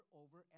over